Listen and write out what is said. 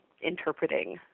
interpreting